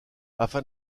afin